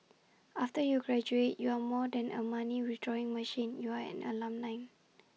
after you graduate you are more than A money withdrawing machine you are an alumni